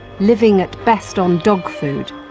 living at best on dog food,